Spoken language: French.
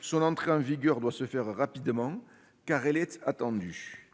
Son entrée en vigueur doit se faire rapidement, car elle est attendue.